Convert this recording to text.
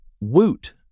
Woot